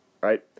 Right